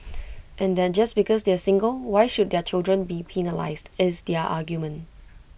and that just because they are single why should their children be penalised is their argument